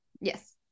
Yes